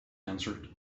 answered